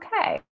okay